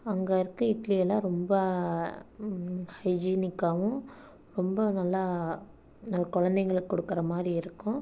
அங்கே இருக்க இட்லி எல்லாம் ரொம்ப ஹைஜீனிக்காகவும் ரொம்ப நல்லா குழந்தைங்களுக்கு கொடுக்கறமாரி இருக்கும்